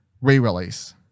re-release